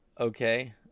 Okay